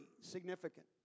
significant